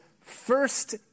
first